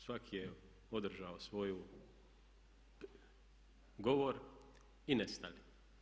Svaki je održao svoj govor i nestali.